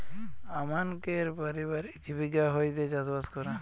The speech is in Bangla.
আমানকের পারিবারিক জীবিকা হয়ঠে চাষবাস করা